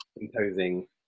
imposing